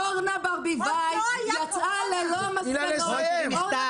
אף אחד